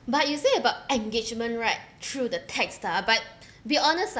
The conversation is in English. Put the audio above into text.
but you say about engagement right through the text ah but be honest